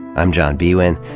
i'm john biewen.